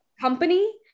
company